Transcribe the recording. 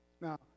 Now